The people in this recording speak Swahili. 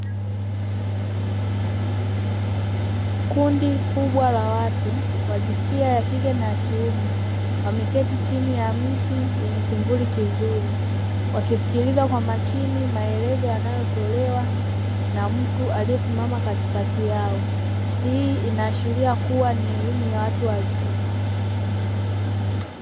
Kundi kubwa la watu wa jinsia a kike na kiume wameketi chini ya miti yenye kivuli kizuri, wakisikiliza kwa umakini maelezo yanayotolewa na mtu aliyesimama katikati yao. Hii inaashiria kuwa ni elimu ya watu wazima.